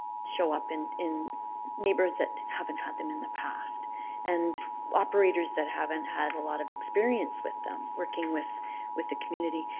show up in in neighbourhood that haven't had them in the past and operators that haven't had a lot of experience with them, working with with the community.